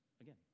again